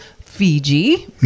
Fiji